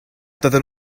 doedden